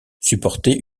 supportait